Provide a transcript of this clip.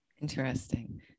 Interesting